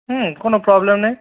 হুম কোনো প্রবলেম নেই